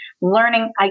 learning